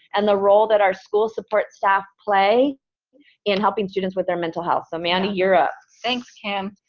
and the role that our school support staff play in helping students with their mental health. so mandy, you're up. thanks kim.